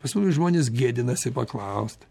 pas mumis žmonės gėdinasi paklaust